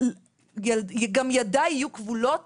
גם ידי יהיו כבולות